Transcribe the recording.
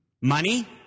Money